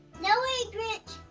no way, grinch.